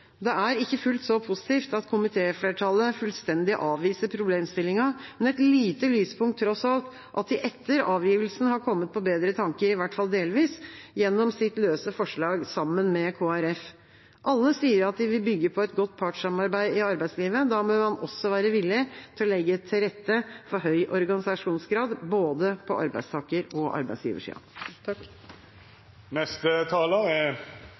Det er ikke fullt så positivt at komitéflertallet fullstendig avviser problemstillingen, men det er et lite lyspunkt, tross alt, at de etter avgivelsen har kommet på bedre tanker, i hvert fall delvis, gjennom sitt løse forslag, som de fremmer sammen med Kristelig Folkeparti. Alle sier at de vil bygge på et godt partssamarbeid i arbeidslivet. Da bør man også være villig til å legge til rette for høy organisasjonsgrad, både på arbeidstaker- og arbeidsgiversida.